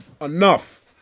Enough